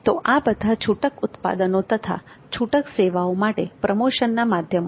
તો આ બધા છૂટક ઉત્પાદનો તથા છૂટક સેવાઓ માટે પ્રમોશનના માધ્યમો છે